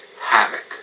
havoc